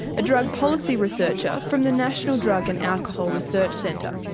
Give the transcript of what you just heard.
a drug policy researcher from the national drug and alcohol research centre.